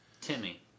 Timmy